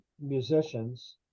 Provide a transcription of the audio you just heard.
musicians